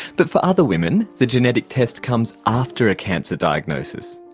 but for other women, the genetic test comes after a cancer diagnosis.